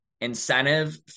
incentive